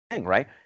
right